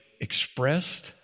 expressed